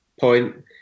point